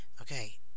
Okay